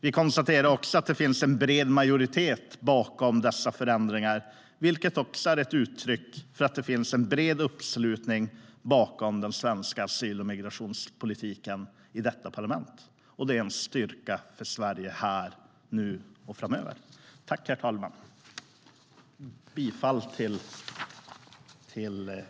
Vi konstaterar också att det finns en bred majoritet bakom dessa förändringar, vilket också är ett utryck för att det finns en bred uppslutning bakom den svenska asyl och migrationspolitiken i detta parlament, och det är en styrka för Sverige här, nu och framöver. Jag yrkar bifall till utskottets förslag.